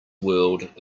world